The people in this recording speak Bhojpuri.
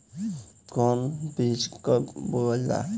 कौन बीज कब बोआला?